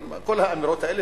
כל האמירות האלה,